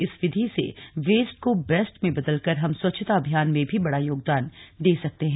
इस विधि से वेस्ट को बेस्ट में बदलकर हम स्वच्छता अभियान में भी बड़ा योगदान दे सकते हैं